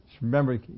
Remember